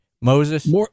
Moses